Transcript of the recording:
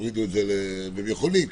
והם יכולים,